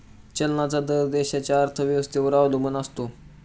चलनाचा दर देशाच्या अर्थव्यवस्थेवर अवलंबून असतो